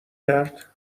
کرد